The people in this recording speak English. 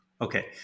Okay